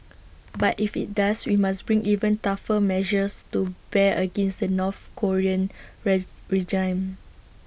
but if IT does we must bring even tougher measures to bear against the north Korean regime